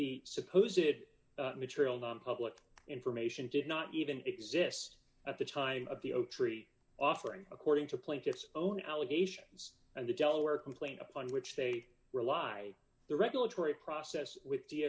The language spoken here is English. the suppose it material nonpublic information did not even exist at the time of the oak tree offering according to plaintiff's own allegations and the delaware complaint upon which they rely the regulatory process with